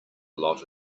lot